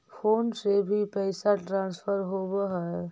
Phone से भी पैसा ट्रांसफर होवहै?